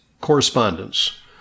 correspondence